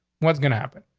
what's gonna happen?